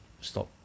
stop